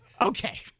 Okay